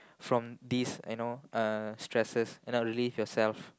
from these you know uh stresses and not leave yourself